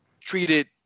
treated